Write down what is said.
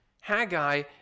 Haggai